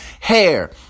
hair